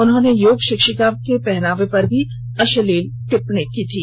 उन्होंने योग शिक्षिका के पहनावे पर भी अश्लील टिप्पणी की थी